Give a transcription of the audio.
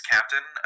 Captain